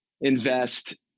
invest